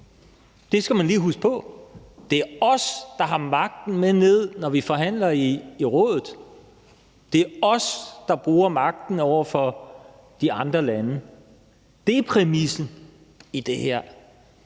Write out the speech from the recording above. Det skal man lige huske på. Det er os, der har magten med ned, når vi forhandler i Rådet. Det er os, der bruger magten over for de andre lande. Det er præmissen i det her.